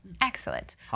Excellent